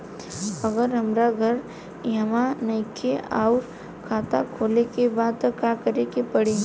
अगर हमार घर इहवा नईखे आउर खाता खोले के बा त का करे के पड़ी?